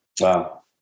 Wow